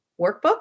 workbook